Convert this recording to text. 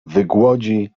wygłodzi